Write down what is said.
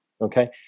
okay